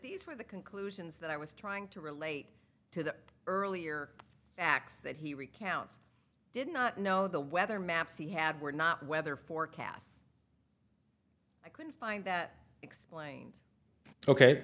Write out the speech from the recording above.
these were the conclusions that i was trying to relate to the earlier x that he recounts did not know the weather maps he had were not weather forecasts i couldn't find that explain